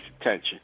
attention